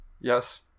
Yes